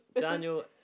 Daniel